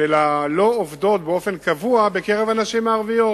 של הלא-עובדות באופן קבוע בקרב הנשים הערביות.